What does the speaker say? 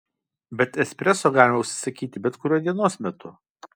bet espreso galima užsisakyti bet kuriuo dienos metu